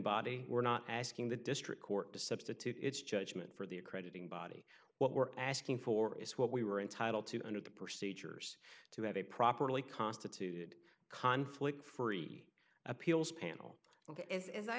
body we're not asking the district court to substitute its judgment for the accrediting body what we're asking for is what we were entitled to under the procedures to have a properly constituted conflict free appeals panel